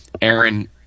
Aaron